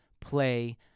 play